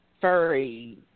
furry